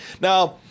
Now